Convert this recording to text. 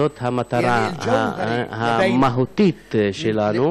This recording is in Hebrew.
זאת המטרה המהותית שלנו.